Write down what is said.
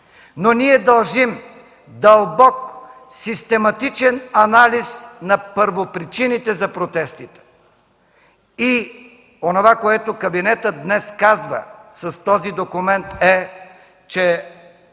Но ние дължим дълбок, систематичен анализ на първопричините за протестите. И онова, което кабинетът днес казва с този документ е, че